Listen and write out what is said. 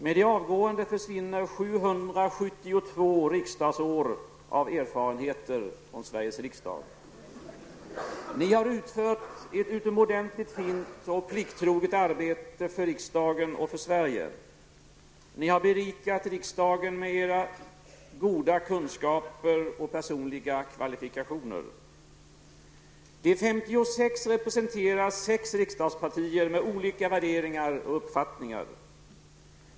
Med de avgående försvinner 772 riksdagsår av erfarenheter från riksdagen. Ni har utfört ett utomordentligt fint och plikttroget arbete för riksdagen och för Sverige. Ni har berikat riksdagen med era goda kunskaper och personliga kvalifikationer. De 56 representerar sex riksdagspartier med olika värderingar och uppfattningar.